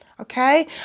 okay